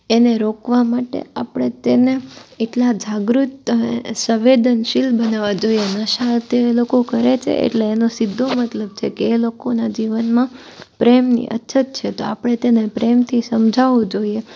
એને રોકવા માટે આપણે તેને એટલા જાગૃત અને સંવેદનશીલ બનાવવા જોઈએ નશા તે લોકો કરે છે એટલે એનો સીધો મતલબ છે કે એ લોકોનાં જીવનમાં પ્રેમની અછત છે તો આપણે તેને પ્રેમથી સમજાવવું જોઈએ